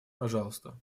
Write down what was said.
пожалуйста